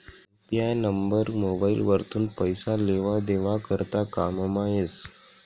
UPI number mobile वरथून पैसा लेवा देवा करता कामंमा येस